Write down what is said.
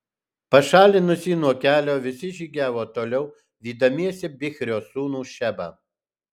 pašalinus jį nuo kelio visi žygiavo toliau vydamiesi bichrio sūnų šebą